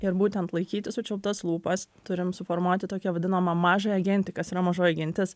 ir būtent laikyti sučiauptas lūpas turim suformuoti tokią vadinamą mažąją gentį kas yra mažoji gentis